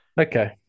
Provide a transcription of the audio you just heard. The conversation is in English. Okay